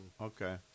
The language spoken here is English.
Okay